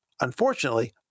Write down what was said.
unfortunately